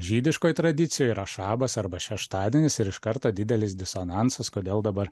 žydiškoj tradicijoj yra šabas arba šeštadienis ir iš karto didelis disonansas kodėl dabar